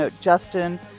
Justin